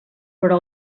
però